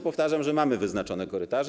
Powtarzam, że mamy wyznaczone korytarze.